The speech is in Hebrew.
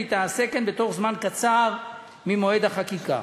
והיא תעשה כן בתוך זמן קצר ממועד החקיקה.